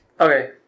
Okay